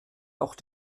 auch